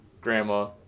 grandma